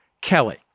Kelly